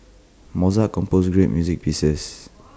Mozart composed great music pieces